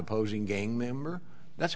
opposing gang member that's